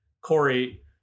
Corey